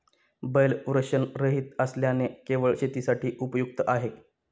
बैल वृषणरहित असल्याने केवळ शेतीसाठी उपयुक्त आहे